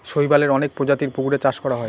শৈবালের অনেক প্রজাতির পুকুরে চাষ করা হয়